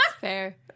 fair